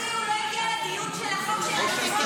קרעי לא הגיע לדיון של החוק של עצמו.